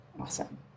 awesome